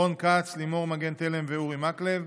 רון כץ, לימור מגן תלם ואורי מקלב,